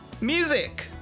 music